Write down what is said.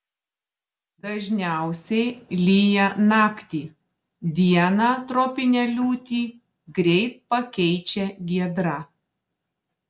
dažniausiai lyja naktį dieną tropinę liūtį greit pakeičia giedra